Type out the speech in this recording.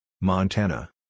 Montana